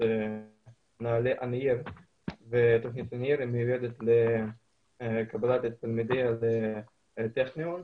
נעל"ה שמיועדת לקבלת התלמידים שלה לטכניון.